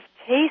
taste